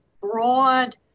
broad